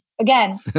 Again